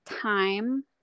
time